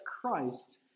Christ